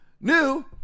New